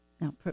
Now